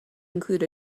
include